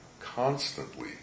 constantly